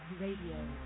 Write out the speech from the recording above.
Radio